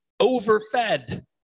overfed